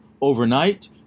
overnight